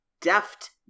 deft